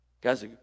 Guys